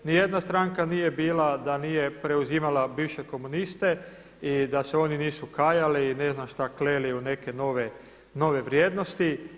Ni jedna stranka nije bila da nije preuzimala bivše komuniste i da se oni nisu kajali i ne znam šta kleli u neke nove vrijednosti.